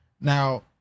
Now